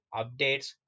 updates